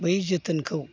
बै जोथोनखौ